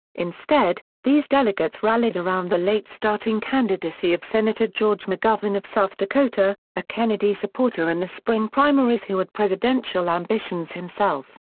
instead, these delegates rallied around the late-starting candidacy of senator george mcgovern of south dakota, a kennedy supporter in the spring primaries who had presidential ambitions himself.